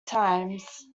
times